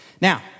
Now